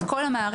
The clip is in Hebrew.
את כל המערכת,